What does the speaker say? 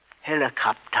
helicopter